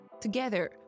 Together